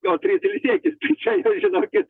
o tris ilsėtis tai čia jau žinokit